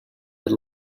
had